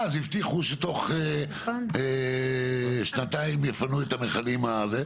הבטיחו שתוך שנתיים יפנו את המכלים,